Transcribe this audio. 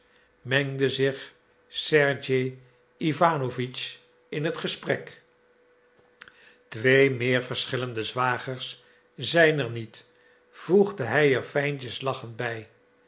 mengde zich sergej iwanowitsch in het gesprek twee meer verschillende zwagers zijn er niet voegde hij er fijntjes lachend bij